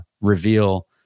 reveal